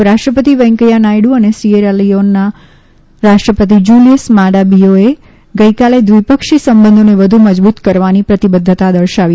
ઉપરાષ્ટ્રપતિ વેંકૈયા નાયડ્ર અને સિએરા લિઓનના રાષ્ટ્રપતિ જૂલિયસ માડા બિયોએ ગઈકાલે દ્વિપક્ષી સંબંધોને વધુ મજબૂત કરવાની પ્રતિબદ્વતા દર્શાવી